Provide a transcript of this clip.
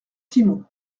simon